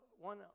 one